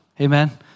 Amen